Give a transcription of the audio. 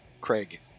Craig